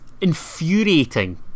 infuriating